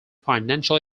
financial